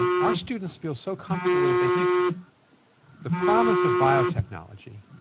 and our students feel so comfortable with it. they think the promise of biotechnology,